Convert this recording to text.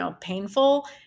painful